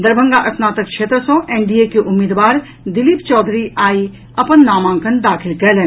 दरभंगा स्नातक क्षेत्र सँ एनडीए के उम्मीदवार दिलीप चौधरी आई अपन नामांकन दाखिल कयलनि